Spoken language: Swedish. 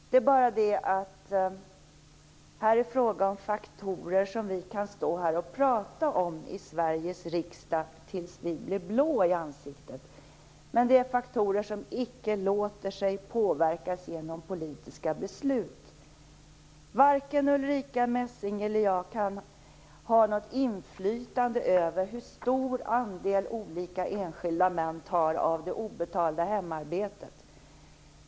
Det är bara det att det här är fråga om faktorer som vi kan stå här i Sveriges riksdag och prata om tills vi blir blå i ansiktet, men det är faktorer som icke låter sig påverkas genom politiska beslut. Varken Ulrica Messing eller jag kan ha något inflytande över hur stor andel olika enskilda män tar av det obetalda hemarbetet.